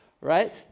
Right